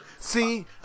See